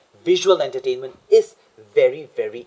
visual entertainment is very very